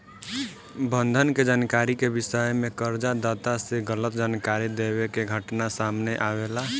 बंधक के जानकारी के विषय में कर्ज दाता से गलत जानकारी देवे के घटना सामने आवेला